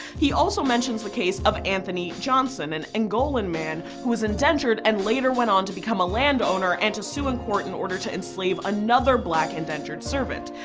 he also mentions the case of anthony johnson, an angolan man, who is indentured and later went on to become a landowner and to sue in court in order to enslave another black indentured servant.